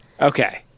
Okay